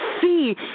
see